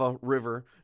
River